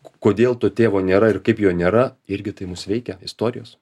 k kodėl to tėvo nėra ir kaip jo nėra irgi tai mus veikia istorijos